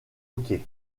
hockey